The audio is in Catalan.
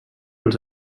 els